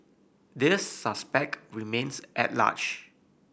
the suspect remains at large